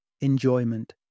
enjoyment